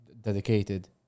dedicated